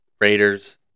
Raiders